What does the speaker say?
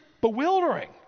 bewildering